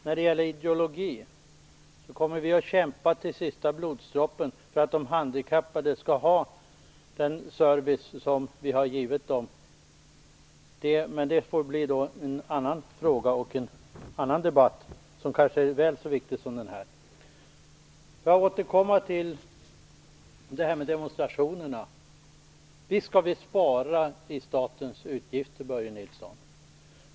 När det gäller ideologin kommer vi att kämpa till sista blodsdroppen för att de handikappade skall ha den service som vi har gett dem, men det är en annan fråga. Därför får den frågan bli föremål för en annan debatt, vilken kanske är väl så viktig som denna. Jag återkommer då till demonstrationerna. Visst skall vi spara till statens utgifter, Börje Nilsson!